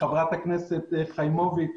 חברת הכנסת חיימוביץ'.